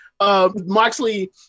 Moxley